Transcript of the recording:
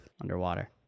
underwater